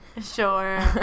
Sure